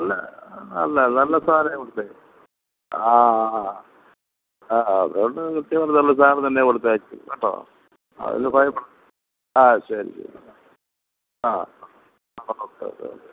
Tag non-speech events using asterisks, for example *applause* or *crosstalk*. അല്ല നല്ല നല്ല സാധനമേ കൊടുത്തയക്കൂ ആ ആ അതുകൊണ്ട് കൃത്യമായിട്ടും നല്ല സാധനം തന്നെ കൊടുത്തയക്കു കേട്ടോ അതിൽ *unintelligible* ആ ശരി ശരി ആ ഓക്കെ ഓക്കെ ഓക്കെ